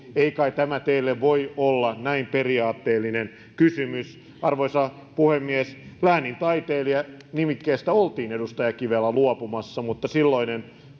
ei kai tämä teille voi olla näin periaatteellinen kysymys arvoisa puhemies läänintaiteilija nimikkeestä oltiin edustaja kivelä luopumassa mutta silloinen